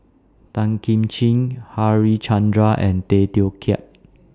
Tan Kim Ching Harichandra and Tay Teow Kiat